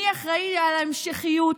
מי אחראי להמשכיות,